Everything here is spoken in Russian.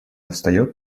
встаёт